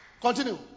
Continue